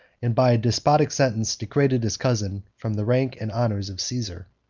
and by a despotic sentence degraded his cousin from the rank and honors of caesar.